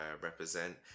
represent